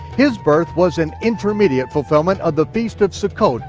his birth was an intermediate fulfillment of the feast of succoth,